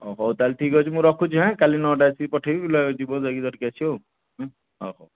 ଅ ହଉ ତାହେଲେ ଠିକ୍ ଅଛି ମୁଁ ରଖୁଛି ହାଁ କାଲି ନଅଟାରେ ଠିକ୍ ପଠେଇବି ଯିବ ଯାଇକି ଧରିକି ଆସିବ ଆଉ ହଉ ହଉ